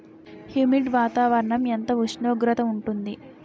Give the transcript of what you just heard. Humid వాతావరణం ఎంత ఉష్ణోగ్రత ఉంటుంది?